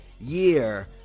year